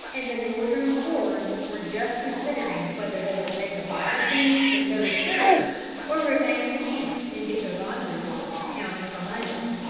and the northern hordes were just considering whether they would take a bite of beans and go to church or remain in camp and get their laundry-work counted for monday,